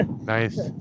Nice